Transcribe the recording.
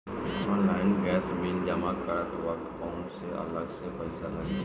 Online gas bill जमा करत वक्त कौने अलग से पईसा लागी?